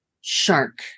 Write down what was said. shark